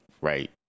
Right